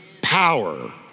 Power